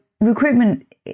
recruitment